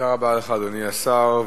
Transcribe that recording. תודה רבה, אדוני השר.